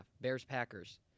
Bears-Packers